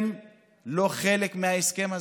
הם לא חלק מההסכם.